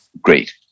great